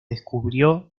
descubrió